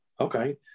Okay